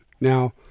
now